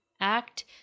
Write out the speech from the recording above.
act